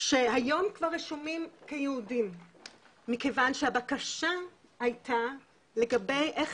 שהיום כבר רשומים כיהודים מכיוון שהבקשה הייתה לגבי איך